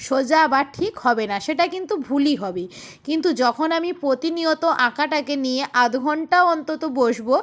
সোজা বা ঠিক হবে না সেটা কিন্তু ভুলই হবে কিন্তু যখন আমি প্রতিনিয়ত আঁকাটাকে নিয়ে আধ ঘণ্টাও অন্তত বসব